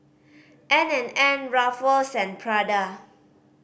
N and N Ruffles and Prada